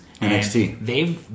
NXT